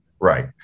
Right